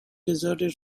deserted